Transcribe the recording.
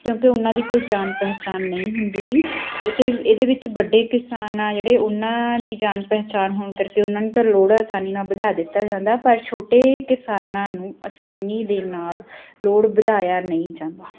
ਕਿਉਂਕਿ ਉਹਨਾਂ ਦੀ ਕੋਈ ਜਾਣ ਪਹਿਚਾਣ ਨਹੀਂ ਹੁੰਦੀ ਗੀ ਇਹਤੇ ਇਹਦੇ ਵਿੱਚ ਵੱਡੇ ਕਿਸਾਨ ਆ ਜਿਹੜੇ ਉਹਨਾਂ ਦੀ ਜਾਣ ਪਹਿਚਾਣ ਹੋਣ ਕਰਕੇ ਉਹਨਾਂ ਨੂੰ ਤਾਂ ਲੋਡ ਅਸਾਨੀ ਨਾਲ ਵਧਾ ਦਿੱਤਾ ਜਾਂਦਾ ਪਰ ਛੋਟੇ ਕਿਸਾਨਾਂ ਨੂੰ ਆਸਾਨੀ ਦੇ ਨਾਲ ਲੋਡ ਵਧਾਇਆ ਨਹੀਂ ਜਾਂਦਾ